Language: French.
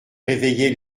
réveillait